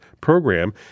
program